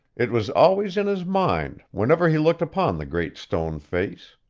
it was always in his mind, whenever he looked upon the great stone face.